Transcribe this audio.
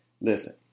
listen